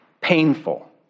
painful